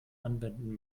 anwenden